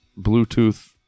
Bluetooth